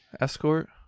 Escort